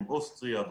אוסטריה,